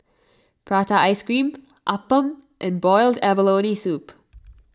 Prata Ice Cream Appam and Boiled Abalone Soup